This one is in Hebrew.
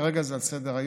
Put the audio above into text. כרגע זה על סדר-היום,